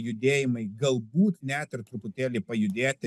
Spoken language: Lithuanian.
judėjimai galbūt net ir truputėlį pajudėti